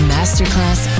Masterclass